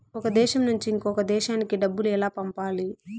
ఒక దేశం నుంచి ఇంకొక దేశానికి డబ్బులు ఎలా పంపాలి?